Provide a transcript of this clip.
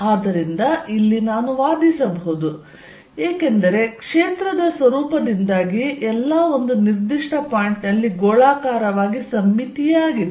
Er14π0Qr214π0QR2 ಆದ್ದರಿಂದ ಇಲ್ಲಿ ನಾನು ವಾದಿಸಬಹುದು ಏಕೆಂದರೆ ಕ್ಷೇತ್ರದ ಸ್ವರೂಪದಿಂದಾಗಿ ಎಲ್ಲಾ ಒಂದು ನಿರ್ದಿಷ್ಟ ಪಾಯಿಂಟ್ ನಲ್ಲಿ ಗೋಳಾಕಾರವಾಗಿ ಸಮ್ಮಿತೀಯ ಆಗಿದೆ